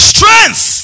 Strength